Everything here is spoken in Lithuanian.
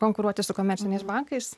konkuruoti su komerciniais bankais